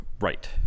Right